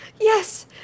Yes